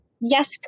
Yes